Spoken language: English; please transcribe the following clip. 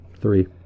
Three